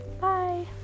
bye